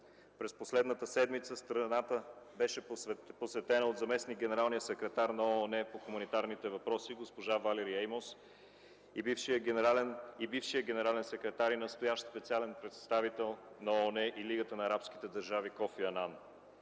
През последната седмица страната беше посетена от заместник-генералния секретар на ООН по хуманитарните въпроси госпожа Валери Амос и бившия генерален секретар и настоящ специален представител на ООН и Лигата на арабските държави Кофи Анан.